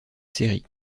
série